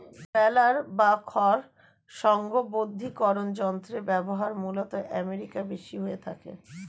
বেলার বা খড় সংঘবদ্ধীকরন যন্ত্রের ব্যবহার মূলতঃ আমেরিকায় বেশি হয়ে থাকে